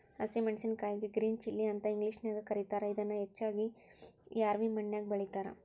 ಹಸಿ ಮೆನ್ಸಸಿನಕಾಯಿಗೆ green chilli ಅಂತ ಇಂಗ್ಲೇಷನ್ಯಾಗ ಕರೇತಾರ, ಇದನ್ನ ಹೆಚ್ಚಾಗಿ ರ್ಯಾವಿ ಮಣ್ಣಿನ್ಯಾಗ ಬೆಳೇತಾರ